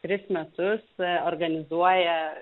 tris metus organizuoja